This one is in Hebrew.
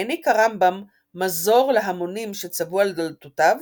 העניק הרמב"ם מזור להמונים שצבאו על דלתותיו,